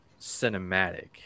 cinematic